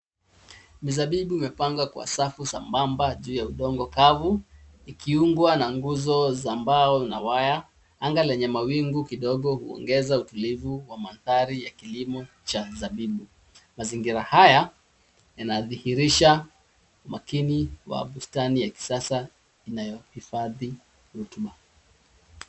Mizabibu imepangwa kwa safu sambamba juu ya udongo kavu ikiungwa na nguzo za mbao na waya. Anga lenye mawingu kidogo huongeza utulivu wa mandhari ya kilimo cha zabibu. Mazingira haya yanadhihirisha umakini wa bustani ya kisasa inayohifadhi rotuba.